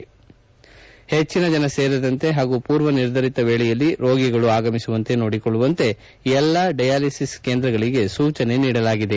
ಪೆಚ್ಚಿನ ಜನ ಸೇರದಂತೆ ಪಾಗೂ ಪೂರ್ವ ನಿರ್ಧರಿತ ವೇಳೆಯಲ್ಲಿ ರೋಗಿಗಳು ಆಗಮಿಸುವಂತೆ ನೋಡಿಕೊಳ್ಳುವಂತೆ ಎಲ್ಲಾ ಡಯಾಲಿಸಿಸ್ ಕೇಂದ್ರಗಳಿಗೆ ಸೂಚನೆ ನೀಡಲಾಗಿದೆ